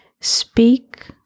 speak